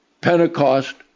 Pentecost